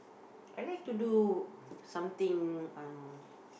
I like to do something uh